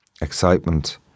excitement